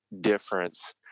difference